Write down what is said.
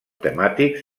temàtics